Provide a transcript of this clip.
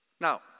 Now